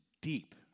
deep